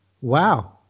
wow